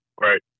Right